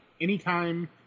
anytime